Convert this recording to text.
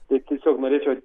taip tiesiog norėčiau